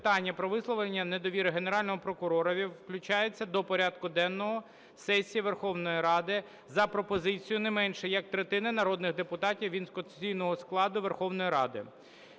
питання про висловлення недовіри Генеральному прокуророві включається до порядку денного сесії Верховної Ради за пропозицією не менше як третини народних депутатів від конституційного складу Верховної Ради,